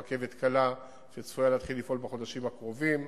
ברכבת הקלה שצפויה להתחיל לפעול בחודשים הקרובים,